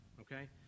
okay